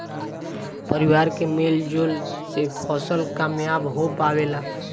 परिवार के मेल जोल से फसल कामयाब हो पावेला